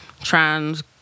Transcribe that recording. trans